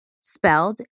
Spelled